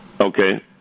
Okay